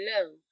alone